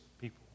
people